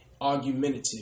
Argumentative